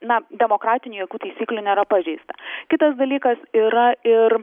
na demokratinių jokių taisyklių nėra pažeista kitas dalykas yra ir